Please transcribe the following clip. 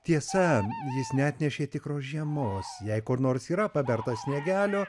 tiesa jis neatnešė tikros žiemos jei kur nors yra paberta sniegelio